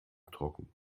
trocken